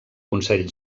consell